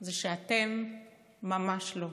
זה שאתם ממש לא.